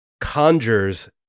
conjures